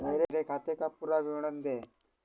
मेरे खाते का पुरा विवरण दे?